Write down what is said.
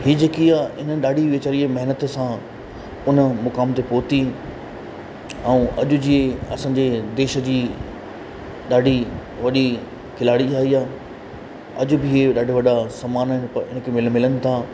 इहा जेकी आहे इन ॾाढी वीचारीअ महिनत सां उन मुकाम ते पहुती ऐं अॼु जीअं असांजे देश जी ॾाढी वॾी खिलाड़ी आहे इहा अॼ बि ॾाढा वॾा सम्मान हिन खे मिलनि था